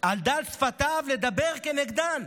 על דל שפתיו לדבר נגדן,